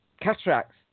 cataracts